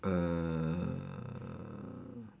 uh